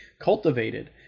cultivated